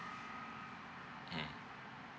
mm